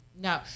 No